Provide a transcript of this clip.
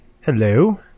Hello